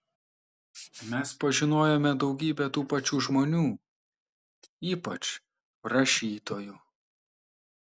mes pažinojome daugybę tų pačių žmonių ypač rašytojų